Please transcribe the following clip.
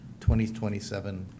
2027